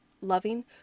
loving